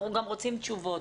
אנחנו גם רוצים תשובות.